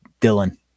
Dylan